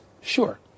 Sure